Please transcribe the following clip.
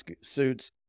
suits